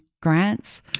Grants